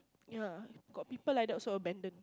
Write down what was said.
ya got people like that also abandon